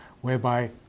whereby